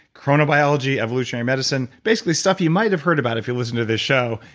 chronobiology, evolutionary medicine basically stuff you might have heard about if you listen to this show,